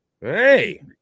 Hey